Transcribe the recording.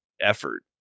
effort